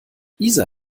isa